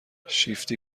شیفتی